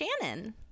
shannon